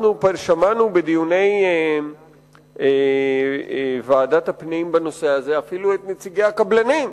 אנחנו שמענו בדיוני ועדת הפנים בנושא הזה אפילו את נציגי הקבלנים,